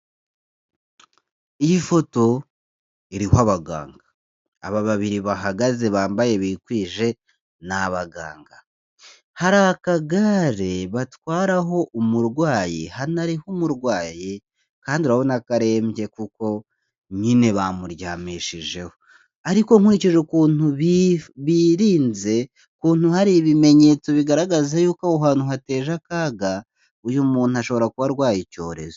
Iyi foto iriho abaganga, aba babiri bahagaze bambaye bikwije ni abaganga, hari akagare batwararaho umurwayi hanariho umurwayi kandi urabona arembye kuko nyine bamuryamishijeho ariko nkurikije ukuntu birinze, ukuntu hari ibimenyetso bigaragaza y'uko aho hantu hateje akaga, uyu muntu ashobora kuba arwaye icy cyorezo.